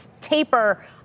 taper